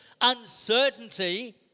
uncertainty